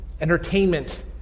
entertainment